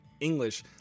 English